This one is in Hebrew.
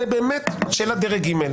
זו באמת שאלה מדרגה ג',